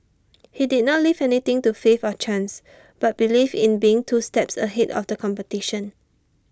he did not leave anything to faith or chance but believed in being two steps ahead of the competition